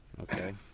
Okay